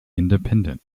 independent